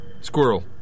Squirrel